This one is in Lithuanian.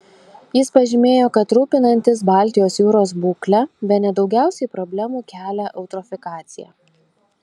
jis pažymėjo kad rūpinantis baltijos jūros būkle bene daugiausiai problemų kelia eutrofikacija